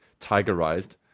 tigerized